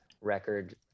record